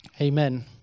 Amen